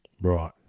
Right